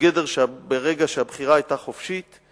ברגע שהבחירה היתה חופשית.